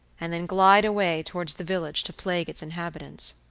and then glide away towards the village to plague its inhabitants.